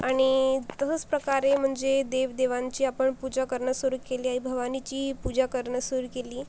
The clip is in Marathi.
आणि तसंच प्रकारे म्हणजे देव देवांची आपण पूजा करणं सुरू केली आई भवानीची पूजा करणं सुरू केली